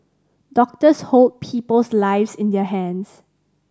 doctors hold people's lives in their hands